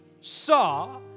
saw